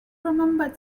remembered